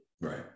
right